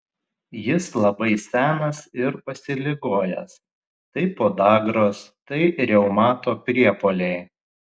jis labai senas ir pasiligojęs tai podagros tai reumato priepuoliai